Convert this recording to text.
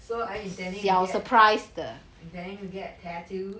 so are you intending to get intending to get tattoos